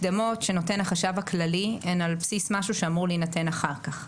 מקדמות שנותן החשב הכללי הן על בסיס משהו שאמור להינתן אחר כך.